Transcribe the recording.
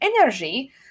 energy